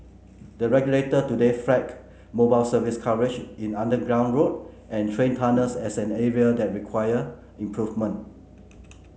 the regulator today flagged mobile service coverage in underground road and train tunnels as an area that required improvement